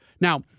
Now